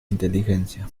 inteligencia